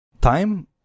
time